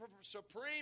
supreme